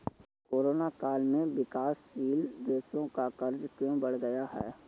Corona काल में विकासशील देशों का कर्ज क्यों बढ़ गया है?